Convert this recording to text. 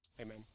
amen